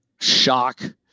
shock